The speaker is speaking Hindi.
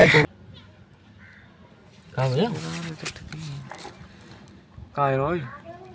कौनसे ब्रांड का उर्वरक बाज़ार में सबसे अच्छा हैं?